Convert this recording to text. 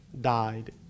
died